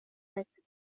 like